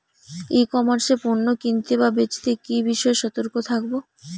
ই commerce এ পণ্য কিনতে বা বেচতে কি বিষয়ে সতর্ক থাকব?